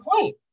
point